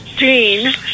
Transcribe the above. gene